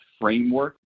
framework